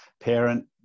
parent